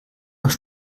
nach